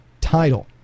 title